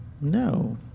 No